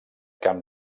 camp